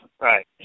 Right